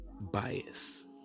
bias